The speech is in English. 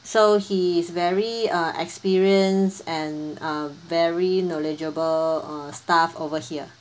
so he is very uh experienced and a very knowledgeable uh staff over here